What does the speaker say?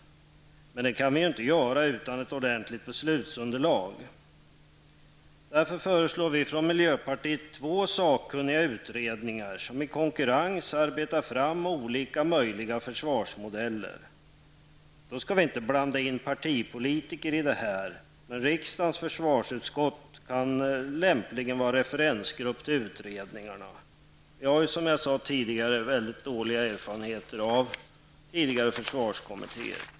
Men det kan vi inte göra så länge vi saknar ett ordentligt beslutsunderlag. Därför föreslår vi i miljöpartiet att två sakkunniga utredningar tillsätts som i konkurrens arbetar fram olika möjliga försvarsmodeller. Då får vi inte bland in partipolitiker. Men riksdagens försvarsutskott kan lämpligen vara en referensgrupp när det gäller de här utredningarna. Som jag redan har sagt har jag mycket dåliga erfarenheter av tidigare försvarskommittéer.